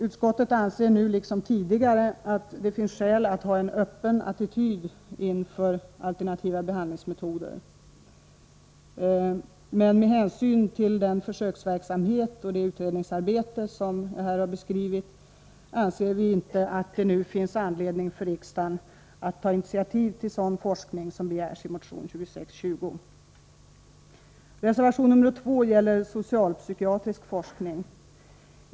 Utskottet anser nu liksom tidigare att det finns skäl att ha en öppen attityd inför alternativa behandlingsmetoder. Med hänsyn till den försöksverksamhet och det utredningsarbete som jag här har beskrivit anser vi emellertid inte att det nu finns anledning för riksdagen att ta initiativ till sådan forskning som begärs i motion 2620. Reservation nr 2 gäller socialpsykiatrisk forskning.